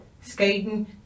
skating